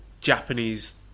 Japanese